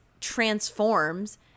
transforms